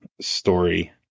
story